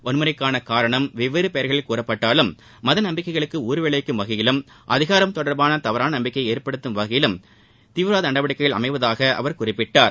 வன்முறைக்கான காரணம் வெவ்வேறு பெயர்களில் கூறப்பட்டாலும் மத நம்பிக்கைகளுக்கு ஊறுவிளைவிக்கும் வகையிலும் அதிகாரம் தொடர்பான தவறான நம்பிக்கையை ஏற்படுத்தும் வகையிலும் தீவிரவாத நடவடிக்கைகள் அமைவதாக அவர் குறிப்பிட்டார்